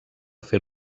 fer